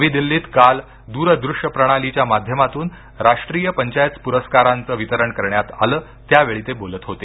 नवी दिल्लीत काल दूर दृश्य प्रणालीच्या माध्यमातून राष्ट्रीय पंचायत पुरस्कारांचं वितरण करण्यात आलं त्यावेळी ते बोलत होते